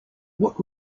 what